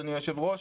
אדוני היושב ראש,